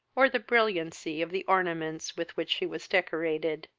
or the brilliancy of the ornaments with which she was decorated.